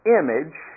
image